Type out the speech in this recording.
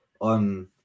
on